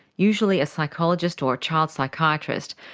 usually a psychologist or a child psychiatrist,